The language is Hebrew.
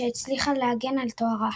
שהצליחה להגן על תוארה.